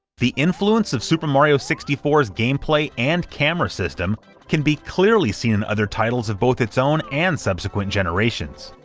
the influence of super mario sixty four s game play and camera system can be clearly seen in other titles of both it's own and subsequent generations,